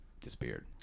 disappeared